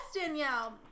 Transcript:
Danielle